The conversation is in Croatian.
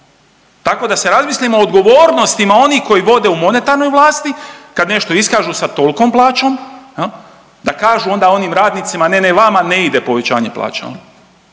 Tako da se razmislimo odgovornostima onih koji vode u monetarnoj vlasti, kad nešto iskažu sa tolikom plaćom, da kažu onda onim radnicima, ne, ne, vama ne ide povećanje plaća.